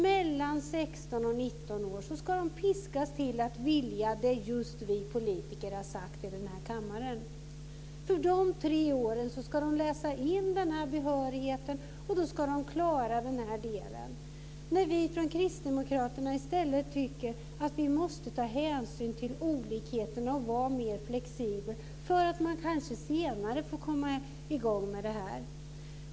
Mellan 16 och 19 års ålder ska de piskas till att vilja just det vi politiker har sagt i kammaren. För de tre åren ska eleverna läsa in behörigheten. Vi från kristdemokraterna tycker att vi måste ta hänsyn till olikheterna och vara mera flexibla, för att kunna komma i gång senare.